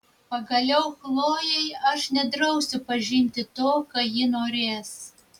pagaliau chlojei aš nedrausiu pažinti to ką ji norės